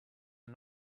are